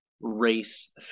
race